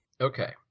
Okay